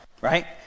right